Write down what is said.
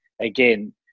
again